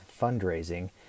fundraising